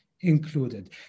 included